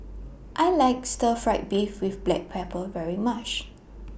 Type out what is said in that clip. I like Stir Fried Beef with Black Pepper very much